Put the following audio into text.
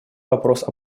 вопрос